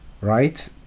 right